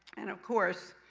and of course,